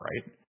right